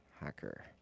Hacker